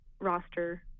roster